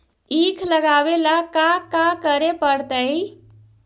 ईख लगावे ला का का करे पड़तैई?